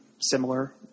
similar